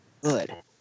good